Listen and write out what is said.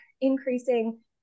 increasing